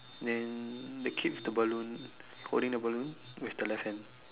then the kid with the balloon holding the balloon with the left hand